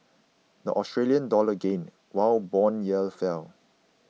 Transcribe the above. the Australian dollar gained while bond yields fell